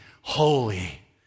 holy